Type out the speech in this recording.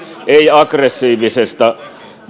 ei aggressiivisesta